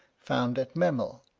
found at memel,